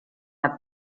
anat